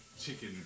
chicken